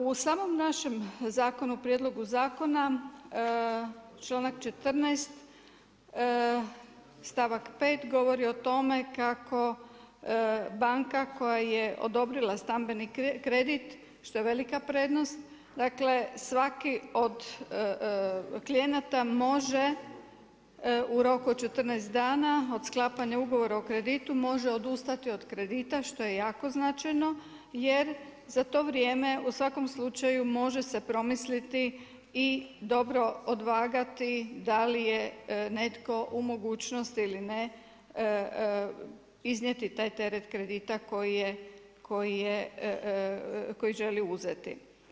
U samom našem zakonu o prijedlogu zakona, čl.14 stavak 5 govori o tome kako banka koja je odobrila stambeni kredit, što je velika prednost, dakle, svaki od klijenata može u roku od 14 dana od sklapanja ugovora o kreditu, može odustati od kredita, što je jako značajno, jer za to vrijeme, u svakom slučaju može se promisliti i dobro odvagati, da li je netko u mogućnosti ili ne iznijeti taj teret kredita koji želi uzeti.